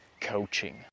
coaching